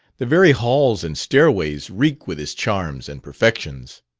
the very halls and stairways reek with his charms and perfections.